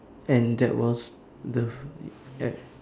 and that was the